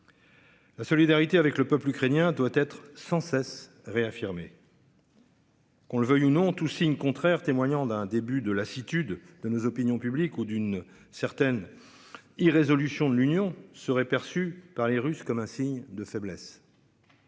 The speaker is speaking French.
La solidarité avec le peuple ukrainien doit être sans cesse réaffirmée. Qu'on le veuille ou non tout signe contraire témoignant d'un début de lassitude de nos opinions publiques ou d'une certaine. Irrésolution de l'Union serait perçu par les Russes, comme un signe de faiblesse.--